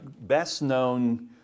best-known